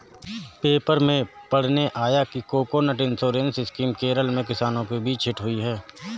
paper में पढ़ने आया कि कोकोनट इंश्योरेंस स्कीम केरल में किसानों के बीच हिट हुई है